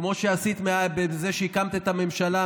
כמו שעשית בזה שהקמת את הממשלה,